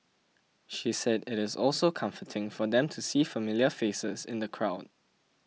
she said it is also comforting for them to see familiar faces in the crowd